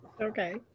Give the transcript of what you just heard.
Okay